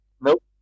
Nope